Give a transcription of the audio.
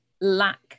lack